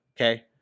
Okay